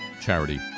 charity